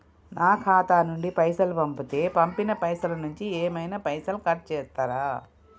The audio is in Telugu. నా ఖాతా నుండి పైసలు పంపుతే పంపిన పైసల నుంచి ఏమైనా పైసలు కట్ చేత్తరా?